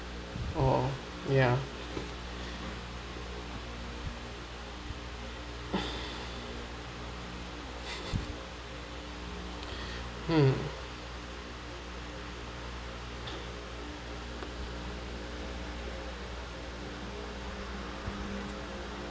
oh ya mm